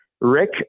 Rick